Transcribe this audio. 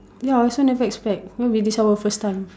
ya I also never expect will be this is our first time